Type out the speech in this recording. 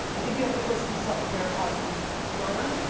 i think you have to first be self aware of how you learn,